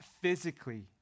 physically